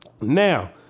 Now